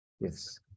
Yes